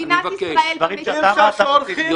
על דברים שאתה אמרת מוציאים.